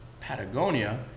Patagonia